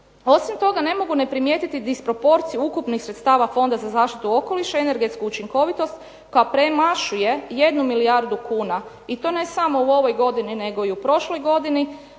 Osim toga, ne mogu ne primijetiti disproporciju ukupnih sredstava Fonda za zaštitu okoliša i energetsku učinkovitost koja premašuje 1 milijardu kuna i to ne samo u ovoj godini nego i u prošloj godini,